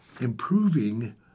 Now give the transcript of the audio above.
Improving